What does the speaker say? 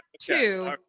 two